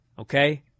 Okay